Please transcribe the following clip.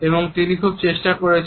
এবং তিনি খুব চেষ্টা করছেন